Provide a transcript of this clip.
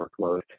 workload